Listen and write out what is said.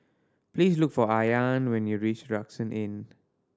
please look for Ayaan when you reach Rucksack Inn